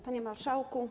Panie Marszałku!